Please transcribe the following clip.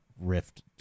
Rift